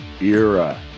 era